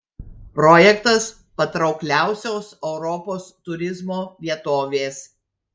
projektas patraukliausios europos turizmo vietovės